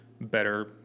better